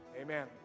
Amen